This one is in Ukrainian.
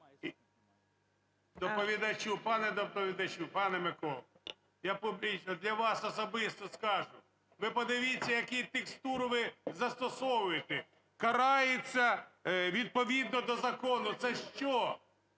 доповідачу. Пане доповідачу, пане Миколо, я публічно для вас особисто скажу. Ви подивіться, яку текстуру ви застосовуєте: "карається відповідно до закону". Це що?